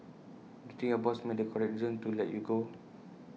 think your boss made the correct decision to let you go